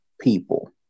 people